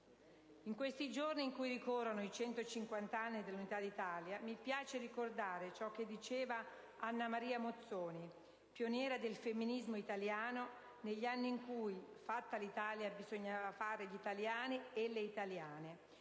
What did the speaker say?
In questi giorni in cui ricorrono i 150 anni dell'Unità d'Italia mi piace ricordare ciò che diceva Anna Maria Mozzoni, pioniera del femminismo italiano, negli anni in cui «fatta l'Italia bisognava fare gli italiani» e le italiane: